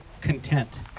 content